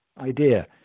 idea